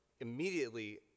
immediately